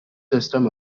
system